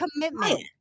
commitment